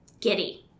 giddy